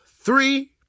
three